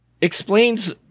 explains